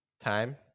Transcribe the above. Time